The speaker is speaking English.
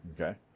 Okay